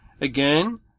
again